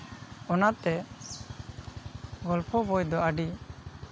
ᱚᱱᱟᱛᱮ ᱜᱚᱞᱯᱷᱚ ᱵᱳᱭ ᱫᱚ ᱟᱹᱰᱤ